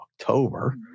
October